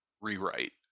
rewrite